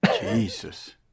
Jesus